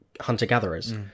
hunter-gatherers